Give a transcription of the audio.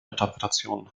interpretation